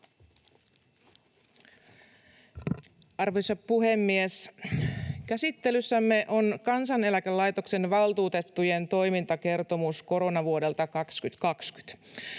Arvoisa puhemies! Käsittelyssämme on Kansaneläkelaitoksen valtuutettujen toimintakertomus koronavuodelta 2020.